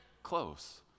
close